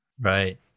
Right